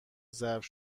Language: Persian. ظرف